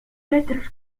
letras